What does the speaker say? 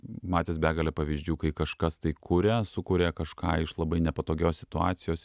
matęs begalę pavyzdžių kai kažkas tai kuria sukuria kažką iš labai nepatogios situacijos